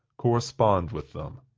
correspond with them.